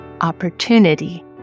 opportunity